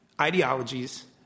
ideologies